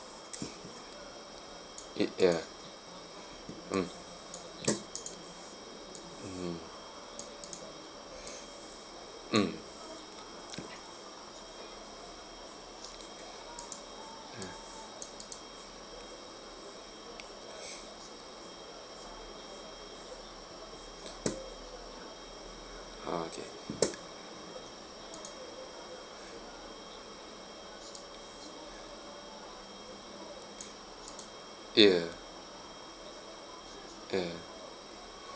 it ya mm mmhmm mm ah okay ya ya